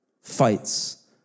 fights